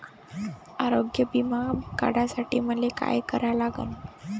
आरोग्य बिमा काढासाठी मले काय करा लागन?